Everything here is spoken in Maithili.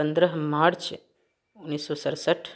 पन्द्रह मार्च उन्नैस सए सरसठि